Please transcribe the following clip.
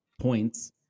points